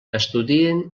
estudien